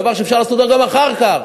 דבר שאפשר לעשות אותו גם אחר כך.